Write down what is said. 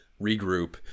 regroup